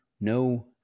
no